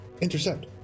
Intercept